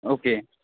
okay